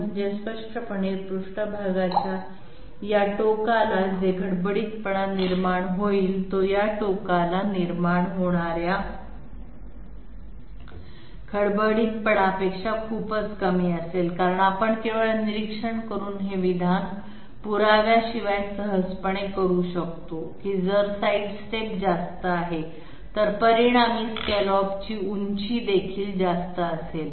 म्हणजे स्पष्टपणे पृष्ठभागाच्या या टोकाला जे खडबडीतपणा निर्माण होईल तो या टोकाला निर्माण होणार्या खडबडीतपणापेक्षा खूपच कमी असेल कारण आपण केवळ निरीक्षण करून हे विधान पुराव्याशिवाय सहजपणे करू शकतो की जर साइडस्टेप जास्त आहे तर परिणामी स्कॅलपची उंची देखील जास्त असेल